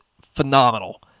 phenomenal